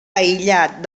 aïllat